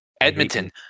Edmonton